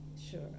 Sure